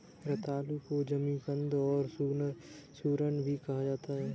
रतालू को जमीकंद और सूरन भी कहा जाता है